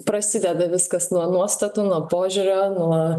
prasideda viskas nuo nuostatų nuo požiūrio nuo